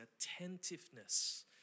attentiveness